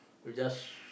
you just